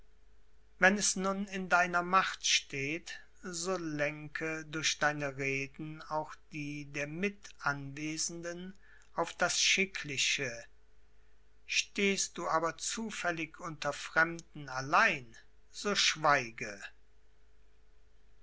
wenn es nun in deiner macht steht so lenke durch deine reden auch die der mitanwesenden auf das schickliche stehst du aber zufällig unter fremden allein so schweige